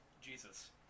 Jesus